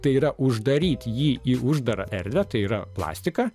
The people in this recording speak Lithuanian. tai yra uždaryti jį į uždarą erdvę tai yra plastiką